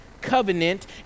covenant